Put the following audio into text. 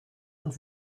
und